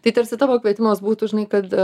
tai tarsi tavo kvietimas būtų žinai kad